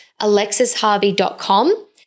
alexisharvey.com